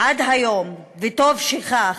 עד היום, וטוב שכך,